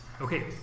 Okay